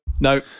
No